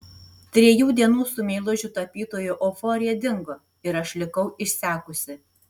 trijų dienų su meilužiu tapytoju euforija dingo ir aš likau išsekusi